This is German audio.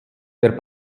der